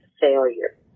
failure